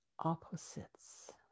opposites